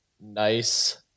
nice